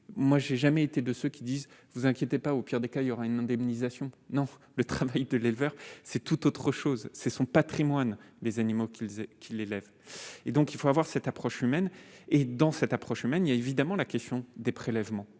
moi j'ai jamais été de ceux qui disent : vous inquiétez pas, au pire des cas, il y aura une indemnisation non, le travail de l'éleveur, c'est tout autre chose, c'est son Patrimoine des animaux qu'ils aient qu'il élève et donc il faut avoir cette approche humaine et dans cette approche humaine il y a évidemment la question des prélèvements,